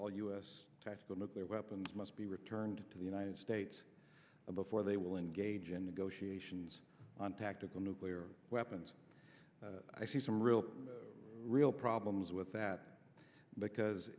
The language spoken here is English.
all u s tactical nuclear weapons must be returned to the united states before they will engage in negotiation on tactical nuclear weapons i see some real real problems with that because